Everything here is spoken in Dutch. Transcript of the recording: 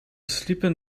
sliepen